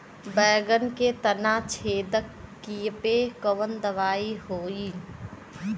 बैगन के तना छेदक कियेपे कवन दवाई होई?